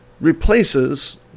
replaces